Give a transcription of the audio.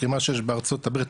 כי מה שיש בארצות הברית,